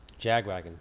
jagwagon